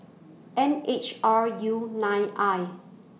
N H R U nine I